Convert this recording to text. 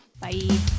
Bye